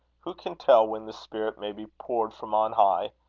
who can tell when the spirit may be poured from on high?